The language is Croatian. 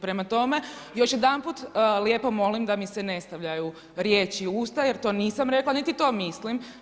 Prema tome, još jedanput lijepo molim da mi se ne stavljaju riječi u usta jer to nisam rekla niti to mislim.